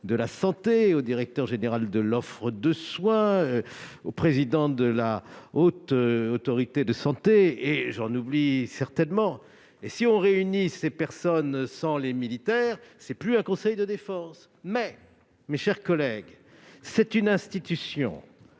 de la santé, au directeur général de l'offre de soins, au président de la Haute Autorité de santé, entre autres ... Et si l'on réunit ces personnes sans les militaires, ce n'est plus un conseil de défense. Mais, mes chers collègues, cette institution